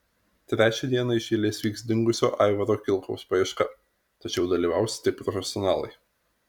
trečią dieną iš eilės vyks dingusio aivaro kilkaus paieška tačiau dalyvaus tik profesionalai